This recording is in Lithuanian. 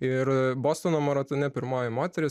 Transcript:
ir bostono maratone pirmoji moteris